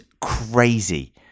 crazy